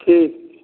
ठीक